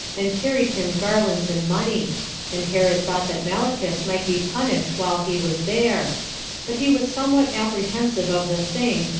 and carried him garlands and money and herod thought that malichus might be punished while he was there but he was somewhat apprehensive of the thing,